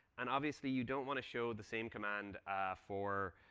and obviously you don't want to show the same command for